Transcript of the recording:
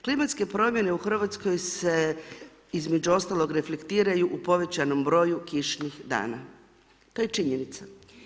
Klimatske promjene u Hrvatskoj se između ostalog reflektiraju u povećanom broju kišnih dana, to je činjenica.